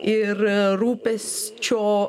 ir rūpesčio